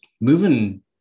moving